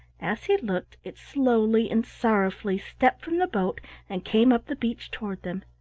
as he looked, it slowly and sorrowfully stepped from the boat and came up the beach toward them.